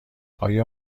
آیا